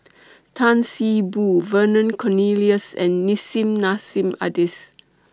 Tan See Boo Vernon Cornelius and Nissim Nassim Adis